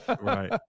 Right